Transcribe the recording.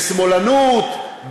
בשמאלנות,